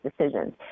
decisions